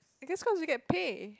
but that's cause you get pay